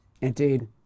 Indeed